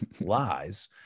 lies